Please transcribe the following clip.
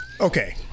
okay